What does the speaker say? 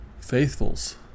faithfuls